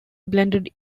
blended